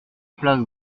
place